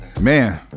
Man